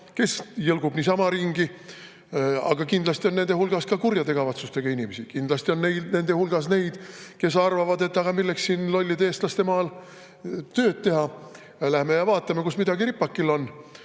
kes jõlgub niisama ringi. Kindlasti on nende hulgas ka kurjade kavatsustega inimesi. Kindlasti on nende hulgas neid, kes arvavad, et milleks siin lollide eestlaste maal tööd teha, lähme ja vaatame, kus midagi ripakil on.